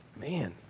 Man